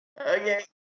Okay